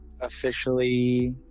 officially